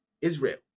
Israel